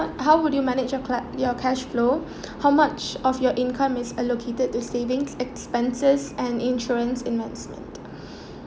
how would you manage a cla~ your cash flow how much of your income is allocated to savings expenses and insurance investment